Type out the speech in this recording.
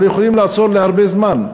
אבל יכולים לעצור להרבה זמן,